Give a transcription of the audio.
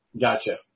Gotcha